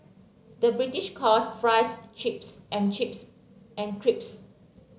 the British calls fries chips and chips and crisps